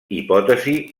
hipòtesi